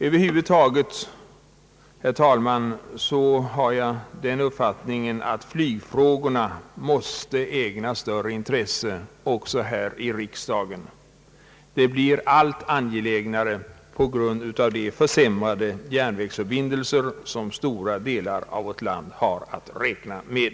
Över huvud taget, herr talman, har jag den uppfattningen att flygfrågorna måste ägnas större intresse, också här i riksdagen. Detta blir allt angelägnare på grund av de försämrade järnvägsförbindelser som stora delar av vårt land har att räkna med.